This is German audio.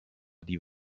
die